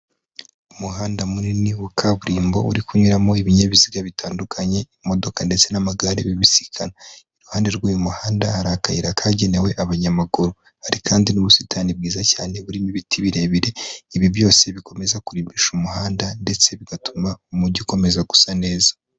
Umuhanda munini wa kaburimbo uri kunyuramo ibinyabiziga bitandukanye, imodoka ndetse n'amagare bibisikana. Iruhande rw'uyu muhanda, hari akayira kagenewe abanyamaguru, hari kandi n'ubusitani bwiza cyane burimo ibiti birebire. Ibi byose bikomeza kurimbisha umuhanda ndetse bigatuma Umujyi ukomeza gusa neza.